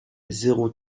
zéro